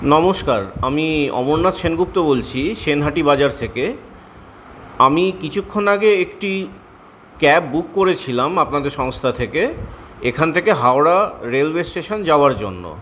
নমস্কার আমি অমরনাথ সেনগুপ্ত বলছি সেনহাটি বাজার থেকে আমি কিছুক্ষণ আগে একটি ক্যাব বুক করেছিলাম আপনাদের সংস্থা থেকে এখান থেকে হাওড়া রেলওয়ে স্টেশন যাওয়ার জন্য